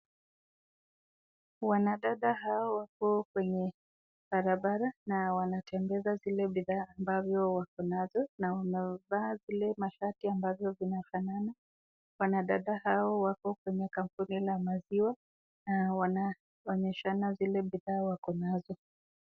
Wanadada hawa wako kwenye barabara na wanatembeza zile bidhaa ambavyo wako nayo na wamevaa zile mashati ambazo zinafanana. Wadada hao wako kwenye kampuni la maziwa na wameshona zile bidhaa wako nazo.